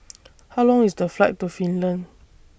How Long IS The Flight to Finland